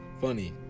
Funny